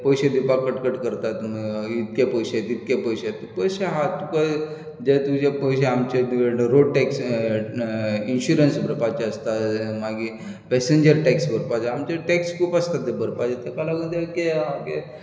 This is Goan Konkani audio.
पोयशे दिवपाक कटकट करतात इतके पोयशे तितके पोयशे पोयशे आहात तुका जे तुजे पोयशे रोड टॅक्स इन्शुरन्स भोरपाचे आसता मागीर पेसिंजर टॅक्स भोरपाचे आसता आमचेर टॅक्स खूब आसता भरपाचे तेका लागोन कितें आहा